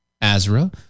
Azra